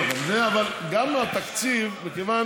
עכשיו אני, גם התקציב, מכיוון